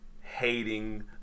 hating